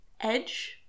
edge